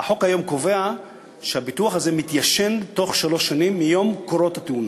החוק היום קובע שהביטוח הזה מתיישן בתוך שלוש שנים מיום קרות התאונה,